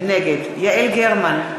נגד יעל גרמן,